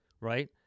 Right